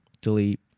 delete